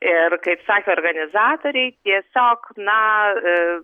ir kaip sako organizatoriai tiesiog na